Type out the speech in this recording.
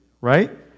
right